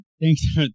thanks